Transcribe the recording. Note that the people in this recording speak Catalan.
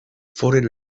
foren